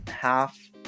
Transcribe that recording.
half